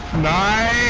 nine,